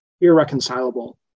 irreconcilable